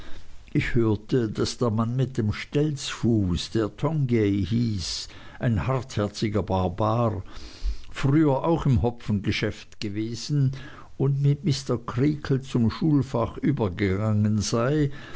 ich hörte daß der mann mit dem stelzfuß der tongay hieß ein hartherziger barbar früher auch im hopfengeschäft gewesen und mit mr creakle zum schulfach übergegangen sei